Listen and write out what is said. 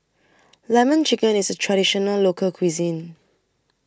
Lemon Chicken IS A Traditional Local Cuisine